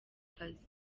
kazi